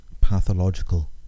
pathological